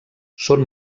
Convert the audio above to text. són